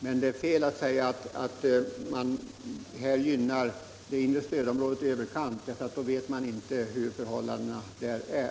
Men det är fel att säga att man här gynnar det inre stödområdet i överkant. Den som påstår det känner inte till förhållandena där.